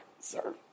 Sir